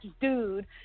dude